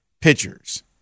pitchers